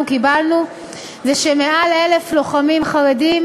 קיבלנו היא שמעל 1,000 לוחמים חרדים,